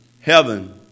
Heaven